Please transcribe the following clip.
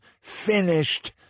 finished